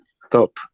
Stop